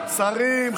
שרים,